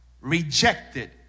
rejected